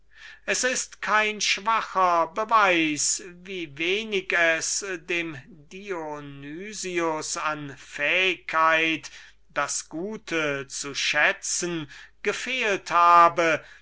es ist kein schwacher beweis wie wenig es dem dionys an fähigkeit das gute zu schätzen gefehlt habe